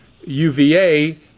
UVA